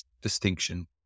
distinction